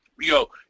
Yo